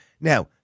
Now